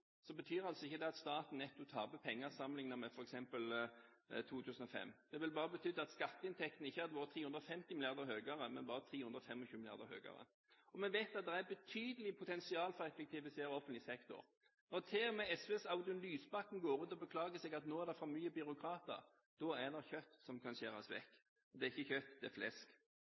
ikke det at staten netto taper penger sammenlignet med f.eks. i 2005. Det ville bare betydd at skatteinntekten ikke hadde vært 350 mrd. kr høyere, men bare 325 mrd. kr høyere. Vi vet at det er et betydelig potensial for å effektivisere offentlig sektor. Når til og med SVs Audun Lysbakken går ut og beklager at det nå er for mange byråkrater, da er det kjøtt som kan skjæres vekk, og det er ikke kjøtt, det er flesk.